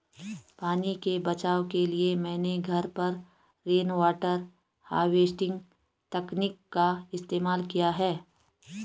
पानी के बचाव के लिए मैंने घर पर रेनवाटर हार्वेस्टिंग तकनीक का इस्तेमाल किया है